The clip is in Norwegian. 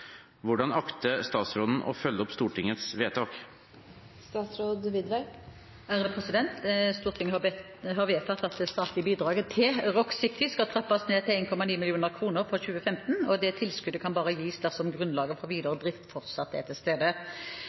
Hvordan akter statsråden å følge opp Stortingets vedtak?» Stortinget har vedtatt at det statlige bidraget til Rock City skal trappes ned til 1,9 mill. kroner for 2015. Tilskuddet kan bare gis dersom grunnlaget for videre drift fortsatt er til stede.